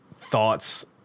thoughts